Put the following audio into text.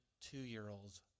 two-year-olds